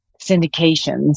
syndications